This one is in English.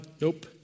Nope